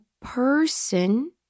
person